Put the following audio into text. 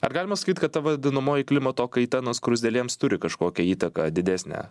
ar galima sakyt kad ta vadinamoji klimato kaita na skruzdėlėms turi kažkokią įtaką didesnę